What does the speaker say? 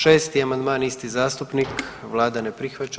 6. amandman isti zastupnik, vlada ne prihvaća.